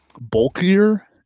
bulkier